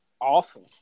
awful